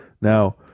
Now